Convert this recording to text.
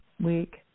week